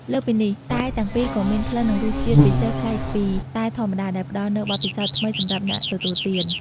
លើសពីនេះ តែទាំងពីរក៏មាន ក្លិននិងរសជាតិពិសេសប្លែកពីតែធម្មតា ដែលផ្ដល់នូវបទពិសោធន៍ថ្មីសម្រាប់អ្នកទទួលទាន។